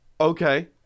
Okay